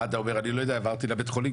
מד"א אומר אני לא יודע אני העברתי בבית החולים,